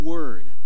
Word